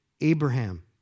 Abraham